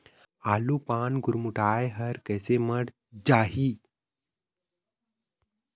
आलू पान गुरमुटाए हर कइसे मर जाही?